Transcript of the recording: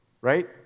right